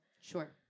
Sure